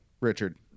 Richard